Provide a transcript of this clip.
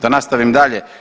Da nastavim dalje.